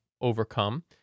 overcome